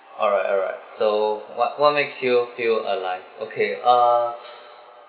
alright alright so what what makes you feel alive okay uh